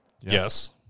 Yes